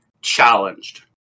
challenged